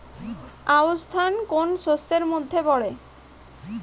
আউশ ধান কোন শস্যের মধ্যে পড়ে?